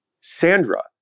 Sandra